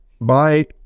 Bye